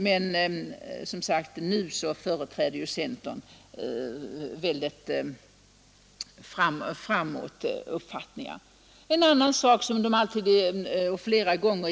Men nu företräder centern som sagt väldigt framåt uppfattningar. I varje debatt säger centerpartisterna